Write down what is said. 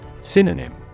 Synonym